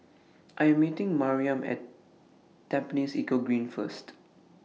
I Am meeting Maryam At Tampines Eco Green First